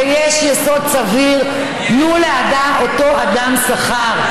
ויש יסוד סביר, תנו לאותו אדם שכר.